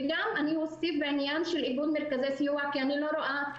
וגם אני אוסיף בעניין של עידוד מרכזי סיוע כי אני לא רואה,